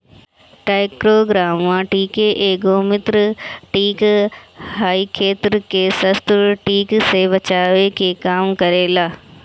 trichogramma कीट एगो मित्र कीट ह इ खेत के शत्रु कीट से बचावे के काम करेला